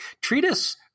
treatise